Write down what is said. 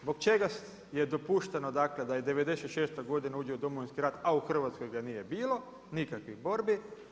Zbog čega je dopušteno, dakle, da '96. godina uđe u Domovinski rat, a u Hrvatskoj ga nije bilo, nikakvih borbi.